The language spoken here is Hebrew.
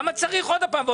למה צריך עוד פעם?